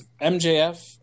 MJF